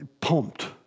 pumped